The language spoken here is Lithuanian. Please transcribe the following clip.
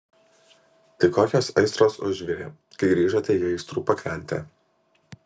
tai kokios aistros užvirė kai grįžote į aistrų pakrantę